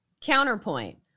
Counterpoint